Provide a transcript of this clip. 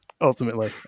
ultimately